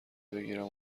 بگیرم